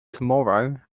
tomorrow